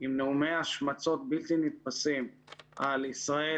עם נאומי השמצות בלתי נתפסים על ישראל